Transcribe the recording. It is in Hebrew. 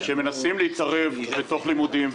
שמנסה להתערב בתוך לימודים,